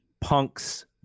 Punk's